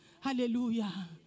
Hallelujah